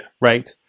right